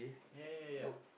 area